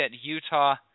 Utah